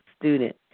student